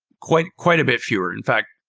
quite quite a bit fewer. in fact,